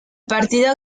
partido